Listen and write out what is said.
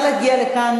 נא להגיע לכאן,